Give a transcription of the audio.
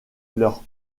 leur